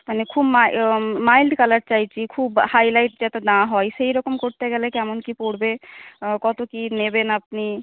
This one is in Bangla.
মানে খুব মাইল্ড কালার চাইছি খুব হাইলাইট যাতে না হয় সেইরকম করতে গেলে কেমন কি পড়বে কত কি নেবেন আপনি